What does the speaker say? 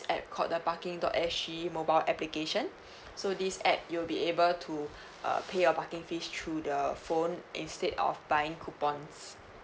app called the parking dot S G mobile application so this app you'll be able to uh pay your parking fees through the phone instead of buying coupons